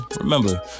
remember